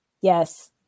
Yes